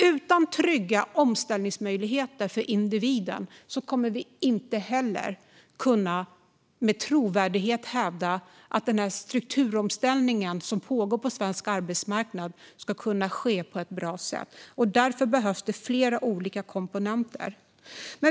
Utan trygga omställningsmöjligheter för individen kommer vi inte heller att med trovärdighet kunna hävda att den strukturomställning som pågår på svensk arbetsmarknad ska kunna ske på ett bra sätt. Därför behövs det flera olika komponenter.